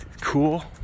cool